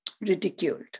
ridiculed